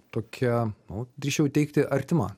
tokia nu drįsčiau teigti artima